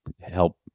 help